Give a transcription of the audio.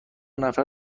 نفر